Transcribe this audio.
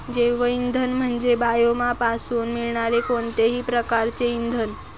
जैवइंधन म्हणजे बायोमासपासून मिळणारे कोणतेही प्रकारचे इंधन